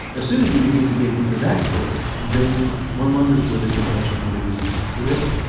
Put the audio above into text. as soon as you begin to get into that world, then one wonders whether temptation can be resisted forever.